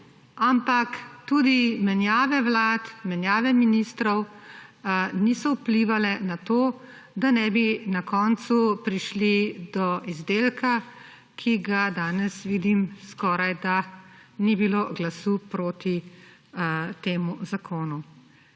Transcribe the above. ampak tudi menjave vlad, menjave ministrov niso vplivale na to, da ne bi na koncu prišli do izdelka, za katerega danes vidim, da skorajda ni bilo glasu proti temu zakonu.